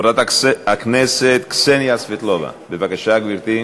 חברת הכנסת קסניה סבטלובה, בבקשה, גברתי.